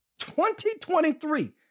2023